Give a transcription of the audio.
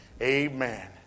Amen